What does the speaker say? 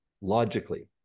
logically